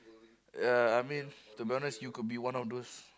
ya I mean to be honest you could be one of those